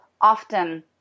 often